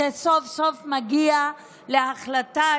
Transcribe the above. היא סוף-סוף מגיעה להחלטה,